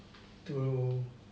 to